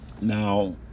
Now